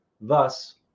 thus